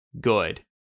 good